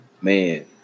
Man